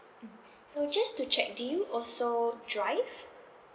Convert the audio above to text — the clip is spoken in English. mm so just to check do you also drive